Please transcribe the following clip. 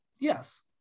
yes